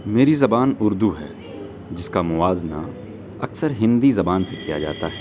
میری زبان اردو ہے جس کا موازنہ اکثر ہندی زبان سے کیا جاتا ہے